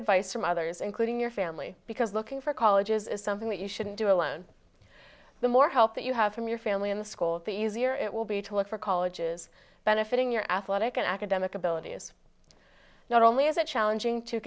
advice from others including your family because looking for colleges is something that you shouldn't do alone the more help that you have from your family in the school the easier it will be to look for colleges benefiting your athletic and academic abilities not only is it challenging to